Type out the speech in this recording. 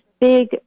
big